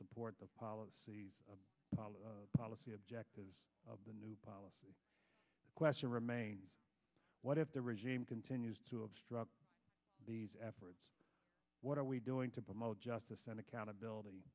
support the policy of policy objectives of the new policy question remains what if the regime continues to obstruct these efforts what are we doing to promote justice and accountability